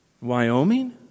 Wyoming